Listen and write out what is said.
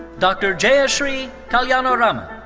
dr. jayashree kalyanaraman.